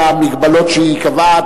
במגבלות שהיא קבעה.